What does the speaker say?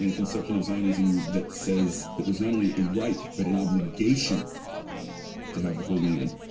and conception of zionism that says that there's not only a right but an obligation to have the whole land,